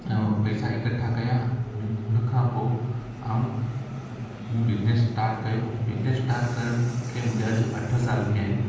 पैसा इकठा कया अने उनखां पोइ ऐं मूं बिज़नस स्टाट कयो बिज़नस स्टाट करे खे मूंखे अॼु अठ साल थिया आहिनि